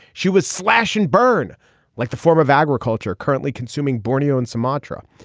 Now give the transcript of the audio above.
she was slash and burn like the form of agriculture currently consuming borneo and sumatra.